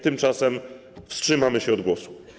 Tymczasem wstrzymamy się od głosu.